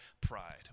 pride